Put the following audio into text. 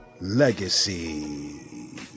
Legacy